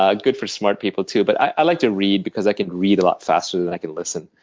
ah good for smart people, too. but i like to read because i can read a lot faster than i can listen.